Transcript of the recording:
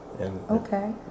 Okay